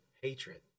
hatred